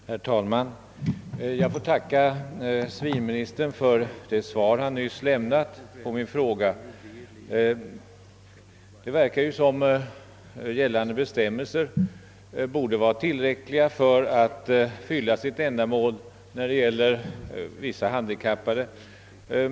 Herr talman! Jag tackar civilministern för det svar han lämnat på min fråga. Det verkar ju som om gällande bestämmelser på detta område rörande vissa handikappade borde vara tillräckliga.